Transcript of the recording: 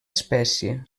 espècie